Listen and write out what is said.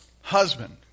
husband